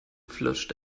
flutscht